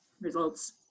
results